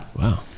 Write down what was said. wow